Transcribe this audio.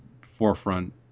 forefront